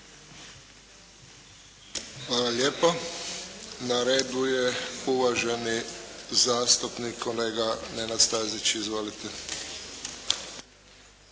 Hvala lijepo. Na redu je uvaženi zastupnik, kolega Nenad Stazić. Izvolite.